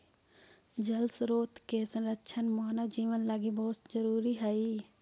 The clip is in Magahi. जल स्रोत के संरक्षण मानव जीवन लगी बहुत जरूरी हई